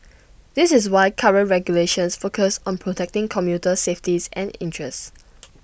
this is why current regulations focus on protecting commuter safeties and interests